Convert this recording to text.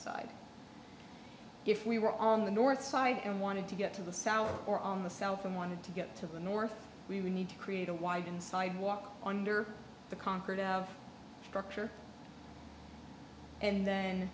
side if we were on the north side and wanted to get to the south or on the south and wanted to get to the north we need to create a wide and sidewalk under the concord of structure and then